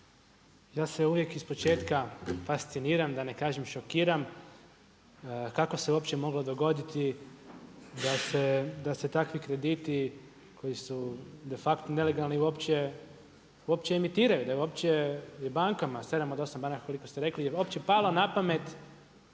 ja se uvijek ispočetka fasciniram, da ne kažem šokiram kako se uopće moglo dogoditi da se takvi krediti koji su de facto nelegalni uopće emitiraju, da uopće bankama, 7 od 8 banaka koliko ste rekli uopće pada na pamet